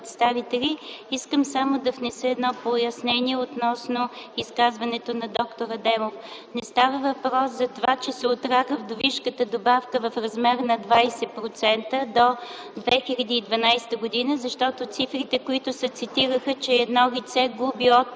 Искам само да внеса едно пояснение относно изказването на д-р Адемов. Не става въпрос за това, че се отлага вдовишката добавка в размер на 20% до 2012 г., защото цитираните цифри, че едно лице губи от